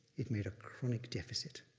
it made a chronic deficit.